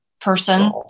person